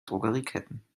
drogerieketten